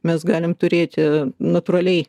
mes galime turėti natūraliai